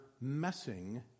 messing